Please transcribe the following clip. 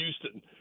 Houston